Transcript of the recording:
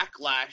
backlash